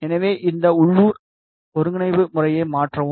எனவே இந்த உள்ளூர் ஒருங்கிணைப்பு முறையை மாற்றவும்